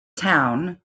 towne